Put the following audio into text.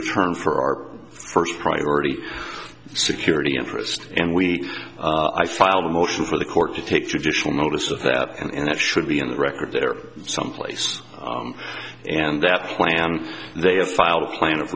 return for our first priority security interest and we i filed a motion for the court to take traditional notice of that and that should be in the record there someplace and that they have filed a plan of